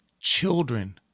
children